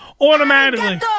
Automatically